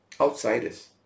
outsiders